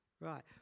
Right